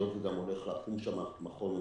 אם היה שם מכשיר כזה.